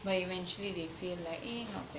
but eventually they feel like eh not bad